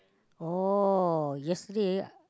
oh yesterday